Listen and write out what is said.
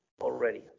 already